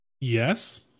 Yes